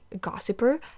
gossiper